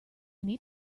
need